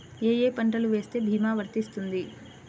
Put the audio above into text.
ఏ ఏ పంటలు వేస్తే భీమా వర్తిస్తుంది?